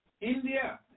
India